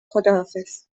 خداحافظ